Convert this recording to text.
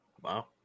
Wow